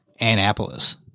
Annapolis